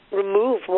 remove